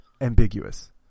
ambiguous